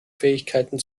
fähigkeiten